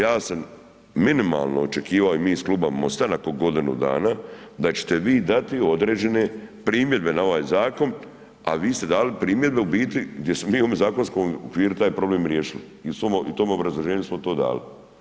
Ja sam minimalno očekivao i mi iz Kluba MOST-a nakon godinu dana da ćete vi dati određene primjedbe na ovaj zakon, a vi ste dali primjedbe u biti gdje smo mi u ovom zakonskom okviru taj problem riješili i u svom, u tom obrazloženju smo to dali.